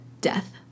death